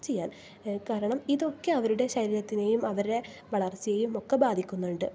ചീയ്യാൻ കാരണം ഇതൊക്കെ അവരുടെ ശരീരത്തിനെയും അവരുടെ വളർച്ചയെയും ഒക്കെ ബാധിക്കുന്നുണ്ട്